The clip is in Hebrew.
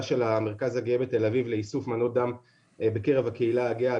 של המרכז הגאה בתל-אביב לאיסוף מנות דם בקרב הקהילה הגאה.